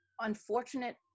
unfortunate